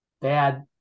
bad